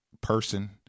person